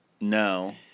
No